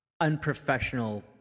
unprofessional